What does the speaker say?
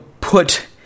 put